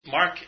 Mark